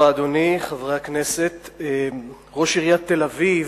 אדוני, תודה רבה, חברי הכנסת, ראש עיריית תל-אביב,